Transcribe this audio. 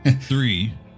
Three